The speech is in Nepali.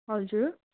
हजुर